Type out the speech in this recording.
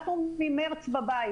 אנחנו ממרץ בבית.